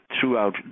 throughout